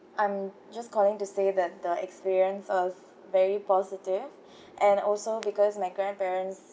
I'm just calling to say that the experience was very positive and also because my grandparents